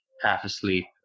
half-asleep